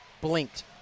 blinked